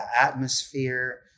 atmosphere